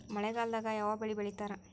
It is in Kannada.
ಮಳೆಗಾಲದಾಗ ಯಾವ ಬೆಳಿ ಬೆಳಿತಾರ?